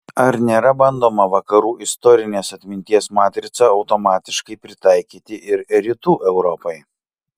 ar nėra bandoma vakarų istorinės atminties matricą automatiškai pritaikyti ir rytų europai